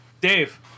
Dave